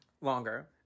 longer